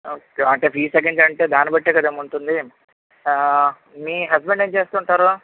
ఒకే అంటే ఫీజు తగ్గిచ్చాలంటే దానిబట్టే కదమ్మా ఉంటుంది ఆ మీ హస్బెండ్ ఏం చేస్తుంటారు